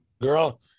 girl